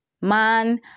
Man